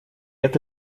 это